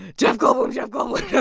jeff goldblum. jeff goldblum.